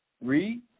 Read